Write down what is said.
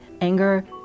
anger